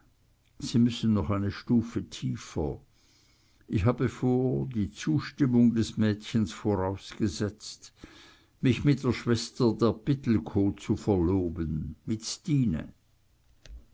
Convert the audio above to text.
sie müssen noch eine stufe tiefer ich habe vor die zustimmung des mädchens vorausgesetzt mich mit der schwester der pittelkow zu verloben mit stine